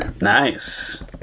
Nice